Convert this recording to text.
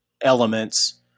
elements